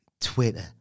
Twitter